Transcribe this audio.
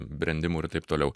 brendimui ir taip toliau